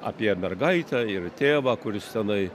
apie mergaitę ir tėvą kuris tenai